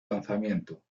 lanzamiento